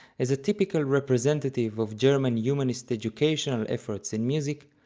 as a typical representative of german humanist educational efforts in music,